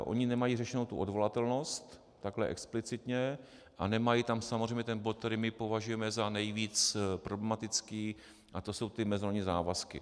Oni nemají řešenu tu odvolatelnost takhle explicitně a nemají tam samozřejmě ten bod, který my považujeme za nejvíc problematický, a to jsou mezinárodní závazky.